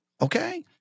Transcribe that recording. okay